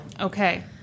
Okay